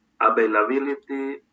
availability